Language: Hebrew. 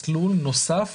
מסלול נוסף